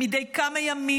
מדי כמה ימים,